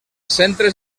centres